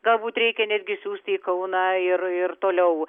galbūt reikia netgi siųsti į kauną ir ir toliau